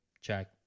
check